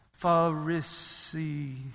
Pharisee